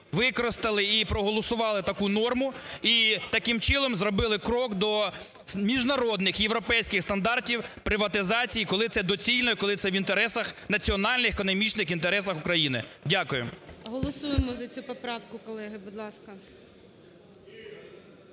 використали і проголосували таку норму і таким чином зробили крок до міжнародних європейських стандартів приватизації, коли це доцільно і коли це в інтересах, національно-економічних інтересах України. Дякую. ГОЛОВУЮЧИЙ. Голосуємо за цю поправку, колеги, будь ласка.